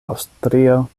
aŭstrio